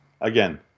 Again